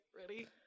ready